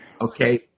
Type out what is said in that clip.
Okay